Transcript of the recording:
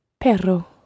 perro